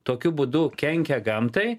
tokiu būdu kenkia gamtai